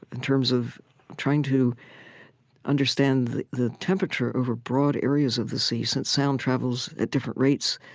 in terms of trying to understand the temperature over broad areas of the sea since sound travels at different rates,